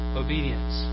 obedience